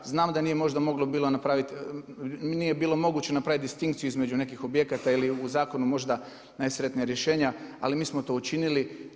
Znamo da nije možda moglo bilo napravit, nije bilo moguće napravit distinkciju između nekih objekata ili u zakonu možda najsretnija rješenja, ali mi smo to učinili.